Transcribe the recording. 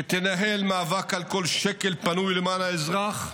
שתנהל מאבק על כל שקל פנוי למען האזרח,